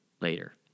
later